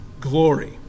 glory